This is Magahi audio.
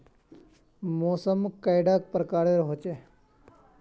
मौसम कैडा प्रकारेर होचे?